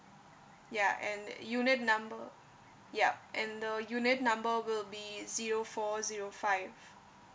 ya and unit number yup and the unit number will be zero four zero five